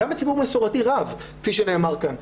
גם ציבור מסורתי רב כפי שנאמר כאן,